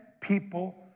people